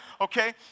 Okay